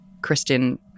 Christian